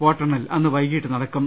വോട്ടെണ്ണൽ അന്ന് വൈകിട്ട് നടക്കും